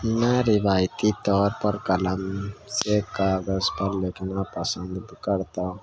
میں روایتی طور پر قلم سے کاغذ پر لکھنا پسند کرتا ہوں